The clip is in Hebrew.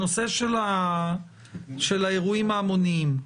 הנושא של האירועים ההמוניים,